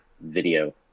video